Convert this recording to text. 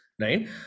Right